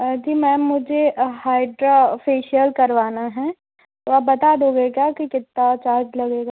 हाँ जी मैम मुझे हाइड्रा फेशियल करवाना है तो आप बता दोगे क्या की कितना चार्ज लगेगा